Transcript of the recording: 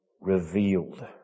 revealed